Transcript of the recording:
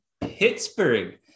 Pittsburgh